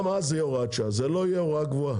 גם אז זאת תהיה הוראת שעה ולא הוראה קבועה.